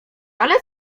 ale